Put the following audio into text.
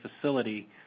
facility